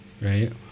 right